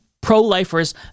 pro-lifers